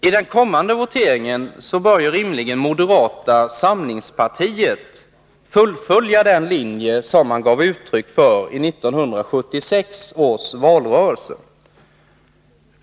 I den kommande voteringen bör rimligen moderata samlingspartiet fullfölja den linje som man gav uttryck för i 1976 års valrörelse.